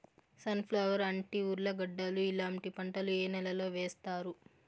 Sun flower, అంటి, ఉర్లగడ్డలు ఇలాంటి పంటలు ఏ నెలలో వేస్తారు?